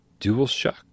DualShock